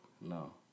No